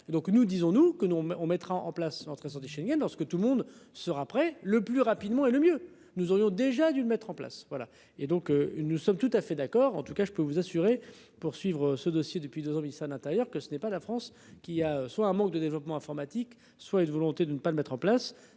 donc nous disons nous que nous on mettra en place l'entrée sortie Schengen lorsque tout le monde sera prêt le plus rapidement et le mieux, nous aurions déjà dû le mettre en place. Voilà et donc nous sommes tout à fait d'accord en tout cas je peux vous assurer pour suivre ce dossier depuis 2 ans Nissan intérieur que ce n'est pas la France qui a, soit un manque de développement informatique, soit une volonté de ne pas le mettre en place